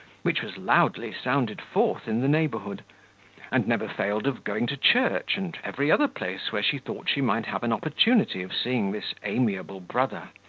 which was loudly sounded forth in the neighbourhood and never failed of going to church, and every other place, where she thought she might have an opportunity of seeing this amiable brother.